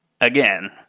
again